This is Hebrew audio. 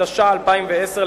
התש"ע 2010,